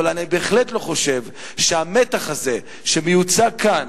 אבל אני בהחלט לא חושב שהמתח הזה שמיוצג כאן